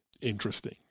interesting